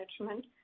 management